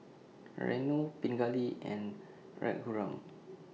Renu Pingali and Raghuram